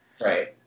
Right